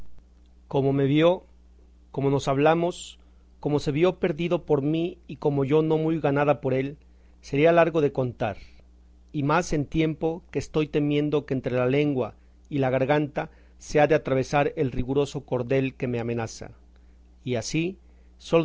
cómo me vio cómo nos hablamos cómo se vio perdido por mí y cómo yo no muy ganada por él sería largo de contar y más en tiempo que estoy temiendo que entre la lengua y la garganta se ha de atravesar el riguroso cordel que me amenaza y así